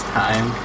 time